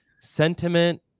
sentiment